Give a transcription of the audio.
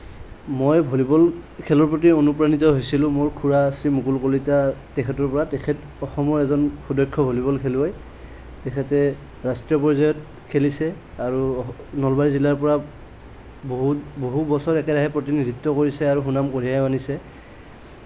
মই ভলীবল খেলৰ প্ৰতি অনুপ্ৰাণিত হৈছিলোঁ মোৰ খুৰা আছিল মুকুল কলিতা তেখেতৰ পৰা তেখেত অসমৰ এজন সুদক্ষ ভলীবল খেলুৱৈ তেখেতে ৰাষ্ট্ৰীয় পৰ্যায়ত খেলিছে আৰু নলবাৰী জিলাৰ পৰা বহুত বহু বছৰ একৰাহে প্ৰতিনিধিত্ব কৰিছে আৰু সুনাম কঢ়িয়াইও আনিছে